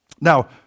Now